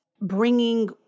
bringing